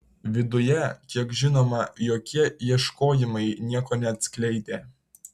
viduje kiek žinoma jokie ieškojimai nieko neatskleidė